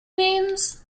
names